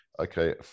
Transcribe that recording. Okay